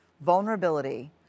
vulnerability